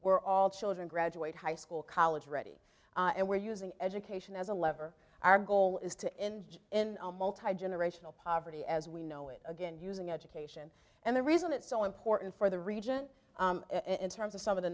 where all children graduate high school college ready and we're using education as a lever our goal is to engage in multigenerational poverty as we know it again using education and the reason it's so important for the region in terms of some of the